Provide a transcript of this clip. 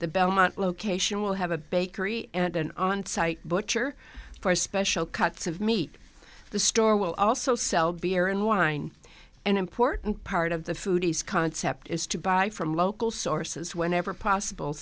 the belmont location will have a bakery and an onsite butcher for special cuts of meat the store will also sell beer and wine an important part of the foodies concept is to buy from local sources whenever possible